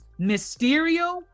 Mysterio